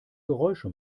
geräusche